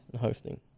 hosting